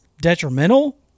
detrimental